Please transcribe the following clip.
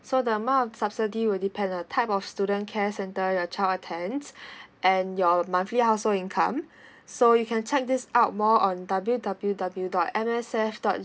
so the amount of subsidy will depend the type of student care center your child attend and your monthly household income so you can check this out more on w w w dot M S F dot